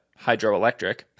hydroelectric